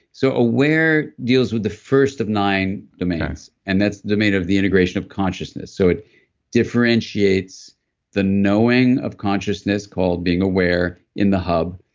so aware deals with the first of nine domains, and that's the domain of the integration of consciousness, so it differentiates the knowing of consciousness, called being aware in the hub,